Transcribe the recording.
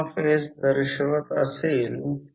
म्हणजे हे ∅ cross sectional area 10 4 metre square आहे